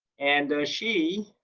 and she